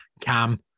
Cam